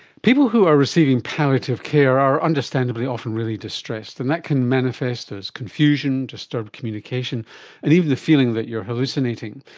people who are receiving palliative care are understandably often really distressed and that can manifest as confusion, disturbed communication and even the feeling that you are hallucinating.